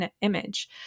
image